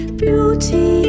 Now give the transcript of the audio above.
beauty